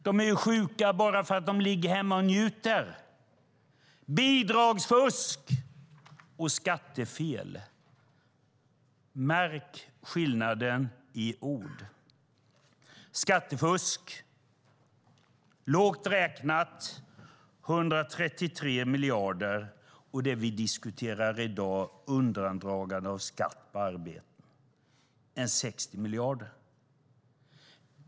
De är sjuka bara för att de ligger hemma och njuter. Bidragsfusk och skattefel - märk skillnaden i ord! Skattefusket uppgår lågt räknat till 133 miljarder. Det vi diskuterar i dag - undandragande av skatt på arbete - uppgår till ca 60 miljarder.